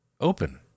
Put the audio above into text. open